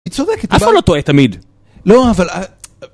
היא צודקת, אף אחד לא טועה תמיד. לא, אבל...